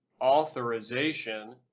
authorization